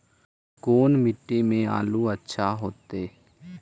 कोन मट्टी में आलु अच्छा होतै?